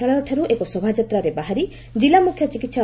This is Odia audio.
ଳୟଠାରୁ ଏକ ଶୋଭାଯାତ୍ରାରେ ବାହାରି କିଲ୍ଲା ମୁଖ୍ୟ ଚିକିସ୍